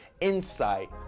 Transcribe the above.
insight